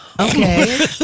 Okay